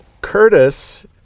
Curtis